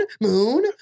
moon